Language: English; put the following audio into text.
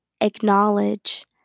acknowledge